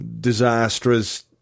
Disastrous